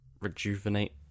rejuvenate